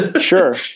Sure